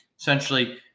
essentially